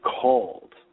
called